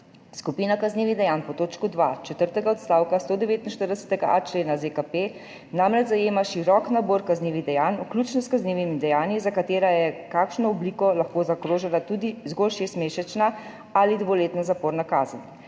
Skupina kaznivih dejanj pod točko 2 četrtega odstavka 149.a člena ZKP namreč zajema širok nabor kaznivih dejanj, vključno s kaznivimi dejanji, za katera je za kakšno obliko lahko zagrožena tudi (zgolj) šestmesečna ali dvoletna zaporna kazen.